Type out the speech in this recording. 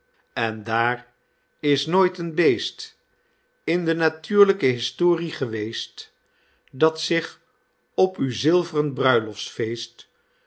en daar is nooit een beest in de natuurlijke historie geweest dat zich op uw zilvren bruiloftsfeest